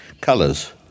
colors